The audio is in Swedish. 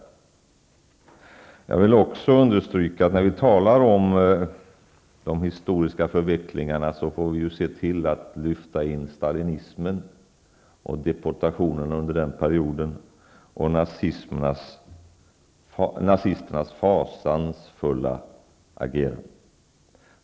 Vidare vill jag understryka att när vi talar om de historiska förvecklingarna får vi se till att lyfta in stalinismen och deportationerna under den perioden liksom nazisternas fasansfulla agerande.